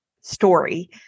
story